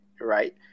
right